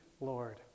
Lord